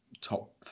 top